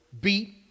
beat